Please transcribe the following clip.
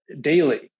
daily